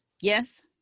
Yes